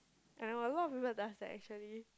I know a lot of people does that actually